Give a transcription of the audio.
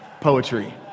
poetry